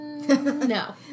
No